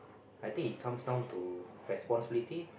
I think it comes down to responsibility